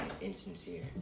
insincere